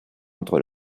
entre